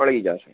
મળી જશે